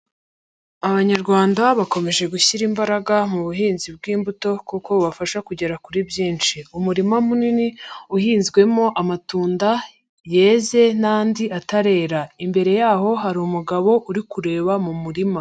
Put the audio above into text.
Abanyarwanda bakomeje gushyira imbaraga mu buhinzi bw'imbuto kuko bubafasha kugera kuri byinshi, umurima munini uhinzwemo amatunda yeze n'andi atarera, imbere yaho hari umugabo uri kureba mu murima.